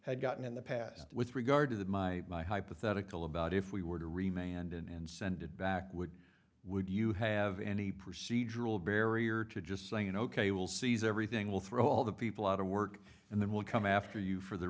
had gotten in the past with regard to the my my hypothetical about if we were to remain and and send it back would would you have any procedural barrier to just saying ok will seize everything will throw all the people out of work and then we'll come after you for the